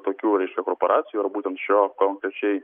tokių reiškia korporacijų ar būtent šio konkrečiai